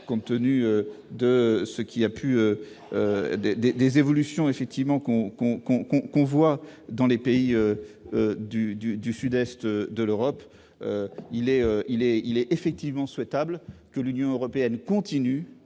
compte tenu des évolutions que connaissent les pays du sud-est de l'Europe, il est effectivement souhaitable que l'Union européenne continue